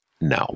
No